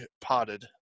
potted